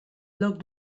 lloc